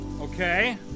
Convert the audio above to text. Okay